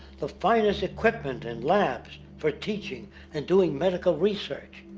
the finest equipment in labs for teaching and doing medical research.